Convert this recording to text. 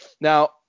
Now